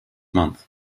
month